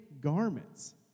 garments